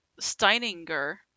Steininger